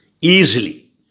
easily